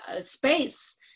space